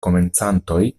komencantoj